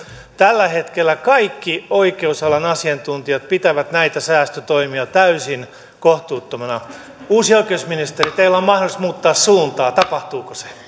tällä hetkellä kaikki oikeusalan asiantuntijat pitävät näitä säästötoimia täysin kohtuuttomina uusi oikeusministeri teillä on mahdollisuus muuttaa suuntaa tapahtuuko se